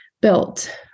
built